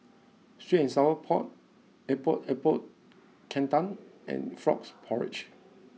Sweet and Sour Pork Epok Epok Kentang and Frog Porridge